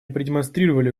продемонстрировали